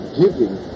giving